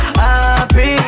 happy